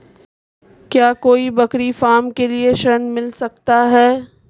क्या कोई बकरी फार्म के लिए ऋण मिल सकता है?